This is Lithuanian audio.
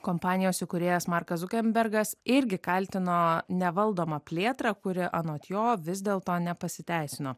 kompanijos įkūrėjas markas dukembergas irgi kaltino nevaldomą plėtrą kuri anot jo vis dėl to nepasiteisino